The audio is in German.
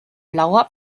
blauer